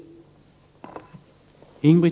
26 maj 1989